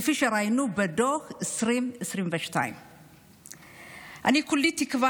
כפי שראינו בדוח 2022. אני כולי תקווה